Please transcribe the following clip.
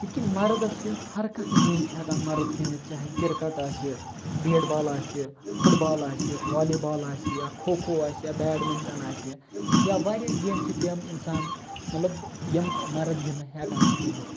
یِتھ کٔنۍ مَردَس چھُ ہرکانٛہہ گیم چھُ ہٮ۪کان مَرٕد گِنٛدِتھ چاہے کِرکَٹ آسہِ بیٹ بال آسہِ فُٹ بال آسہِ والی بال آسہِ یا کھو کھو آسہِ یا بیڈمِنٛٹَن آسہِ یا واریاہ گیمہٕ چھِ تِم اِنسان مطلب یِم مَرٕد گِنٛدان ہٮ۪کان چھِ گِنٛدِتھ